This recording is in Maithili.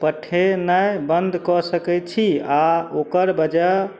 पठेनाय बन्द कए सकय छी आओर ओकर बजऽ